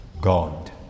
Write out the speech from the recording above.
God